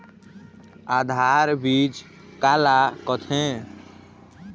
आधार बीज का ला कथें?